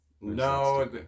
No